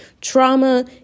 trauma